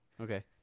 Okay